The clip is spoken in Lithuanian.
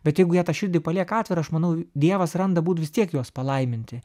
bet jeigu jie tą širdį palieka atvirą aš manau dievas randa būdus vis tiek juos palaiminti